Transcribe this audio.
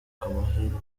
amahirwe